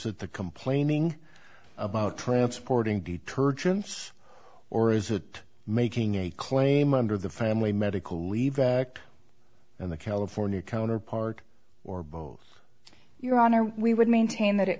that the complaining about transporting detergents or is it making a claim under the family medical leave act and the california counterpart or both your honor we would maintain that it